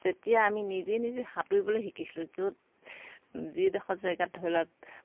যেতিয়া আমি নিজে নিজে সাঁতুৰিবলৈ শিকিছিলোঁ য'ত যিডখৰ জেগাত ধৰিলওক